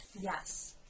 Yes